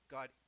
God